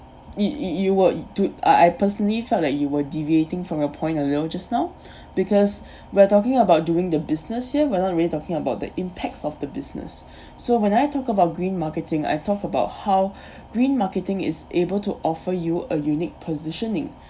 y~ y~ you were it to I I personally felt that you were deviating from your point a little just now because we're talking about doing the business here we're not really talking about the impacts of the business so when I talk about green marketing I talked about how green marketing is able to offer you a unique positioning